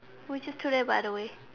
which is today by the way